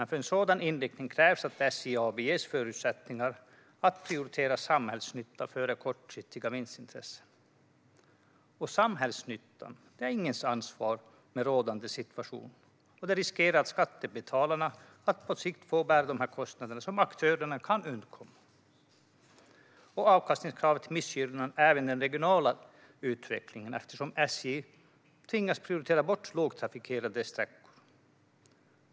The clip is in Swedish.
För en sådan inriktning krävs dock att SJ AB ges förutsättningar att prioritera samhällsnytta före kortsiktiga vinstintressen. Samhällsnyttan är ingens ansvar i rådande situation, och skattebetalarna riskerar att på sikt få bära de kostnader som aktörerna kan undkomma. Avkastningskravet missgynnar även den regionala utvecklingen, eftersom SJ tvingas välja bort lågtrafikerade sträckor.